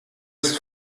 ist